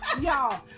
Y'all